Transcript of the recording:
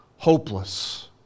Hopeless